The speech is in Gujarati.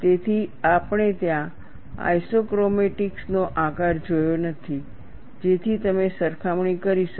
તેથી આપણે ત્યાં આઇસોક્રોમેટિક્સ નો આકાર જોયો નથી જેથી તમે સરખામણી કરી શકો